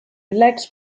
lac